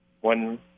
one